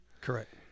Correct